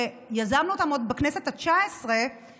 שיזמנו אותה עוד בכנסת התשע-עשרה,